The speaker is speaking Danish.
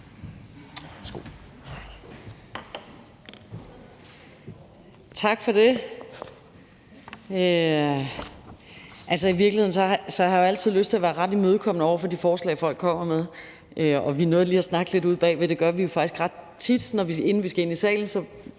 Tak for det.